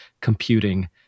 computing